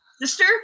sister